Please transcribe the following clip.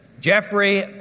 Jeffrey